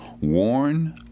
Worn